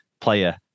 player